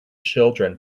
children